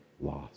lost